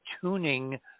tuning